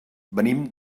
venim